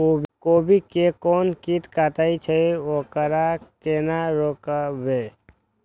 गोभी के कोन कीट कटे छे वकरा केना रोकबे?